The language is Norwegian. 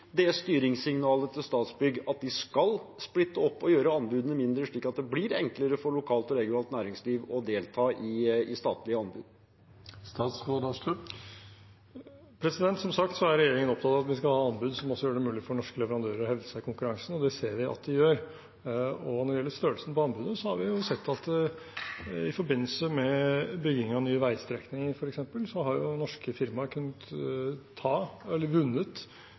det styringssignalet til Statsbygg at de skal splitte opp og gjøre anbudene mindre, slik at det blir enklere for lokalt og regionalt næringsliv å delta i statlige anbud? Som sagt er regjeringen opptatt av at vi skal ha anbud som også gjør det mulig for norske leverandører å hevde seg i konkurransen, og det ser vi at de gjør. Når det gjelder størrelsen på anbudet, har vi jo sett at i forbindelse med byggingen av nye veistrekninger, f.eks., så har norske firmaer kunnet ta eller vunnet